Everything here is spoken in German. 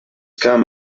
kamen